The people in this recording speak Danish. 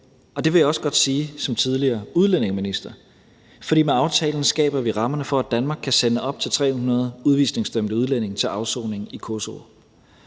og det vil jeg også godt sige som tidligere udlændinge- og integrationsminister, for med aftalen skaber vi rammerne for, at Danmark kan sende op til 300 udvisningsdømte udlændinge til afsoning i Kosovo.